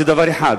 זה דבר אחד.